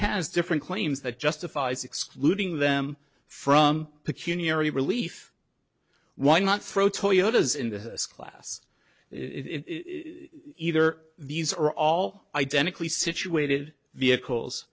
has different claims that justifies excluding them from peculiarity relief why not throw toyota's in the class either these are all identically situated vehicles